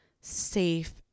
safe